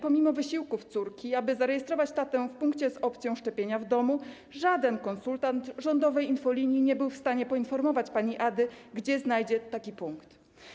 Pomimo wysiłków córki, aby zarejestrować tatę w punkcie z opcją szczepienia w domu, żaden konsultant rządowej infolinii nie był w stanie poinformować pani Ady, gdzie znajdzie taki punkt.